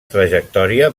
trajectòria